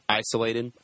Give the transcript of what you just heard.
isolated